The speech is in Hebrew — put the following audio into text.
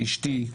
אשתי,